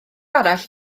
arall